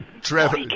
Trevor